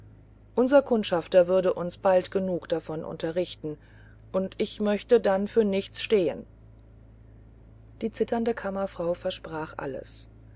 kundschafter würden uns bald genug davon unterrichten und ich möchte dann für nichts stehen die zitternde kammerfrau versprach alles